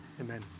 Amen